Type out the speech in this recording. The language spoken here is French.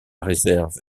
réserve